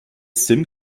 sim